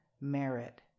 Merit